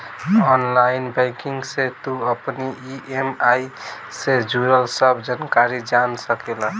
online banking से तू अपनी इ.एम.आई जे जुड़ल सब जानकारी जान सकेला